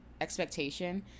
Expectation